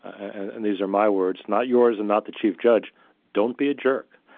and these are my words, not yours and not the chief judge don't be a jerk.